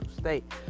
state